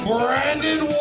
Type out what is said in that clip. Brandon